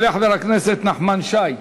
יעלה חבר הכנסת נחמן שי,